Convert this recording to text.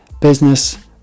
business